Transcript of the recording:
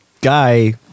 guy